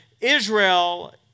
Israel